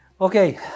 Okay